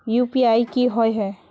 UPI की होय है?